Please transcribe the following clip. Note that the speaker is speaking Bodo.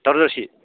दावराव दावसि